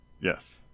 Yes